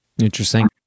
Interesting